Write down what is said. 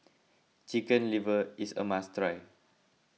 Chicken Liver is a must try